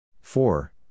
four